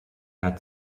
had